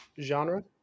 genre